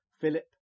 Philip